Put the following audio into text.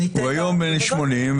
הוא היום בן 80,